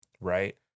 right